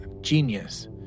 Genius